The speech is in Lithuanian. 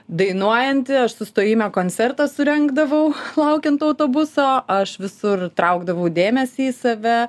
dainuojanti aš sustojime koncertą surengdavau laukiant autobuso aš visur traukdavau dėmesį į save